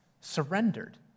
surrendered